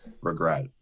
regret